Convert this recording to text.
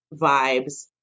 vibes